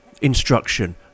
instruction